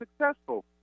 successful